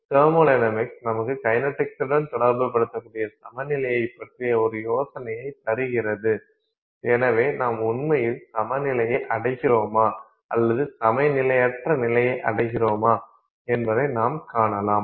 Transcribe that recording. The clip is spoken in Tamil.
தெர்மொடைனமிக்ஸ் நமக்கு கைனடிக்ஸுடன் தொடர்புபடுத்தக்கூடிய சமநிலையைப் பற்றிய ஒரு யோசனையைத் தருகிறது எனவே நாம் உண்மையில் சமநிலையை அடைகிறோமா அல்லது சமநிலையற்ற நிலையை அடைகிறோமா என்பதை நாம் காணலாம்